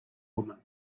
woman